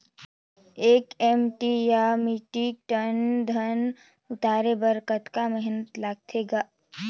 एक एम.टी या metric tonne धन उतारे बर कतका मेहनती लगथे ग?